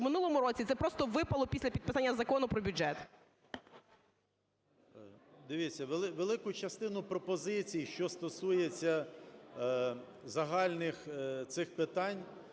минулому році це просто випало після підписання Закону про бюджет. 13:18:48 МЕЛЬНИК С.І. Дивіться, велику частину пропозицій, що стосуються загальних цих питань,